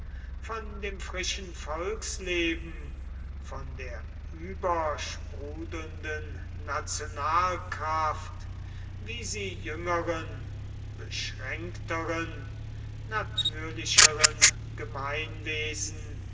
von dem frischen volksleben von der übersprudelnden nationalkraft wie sie jüngeren beschränkteren natürlicheren gemeinwesen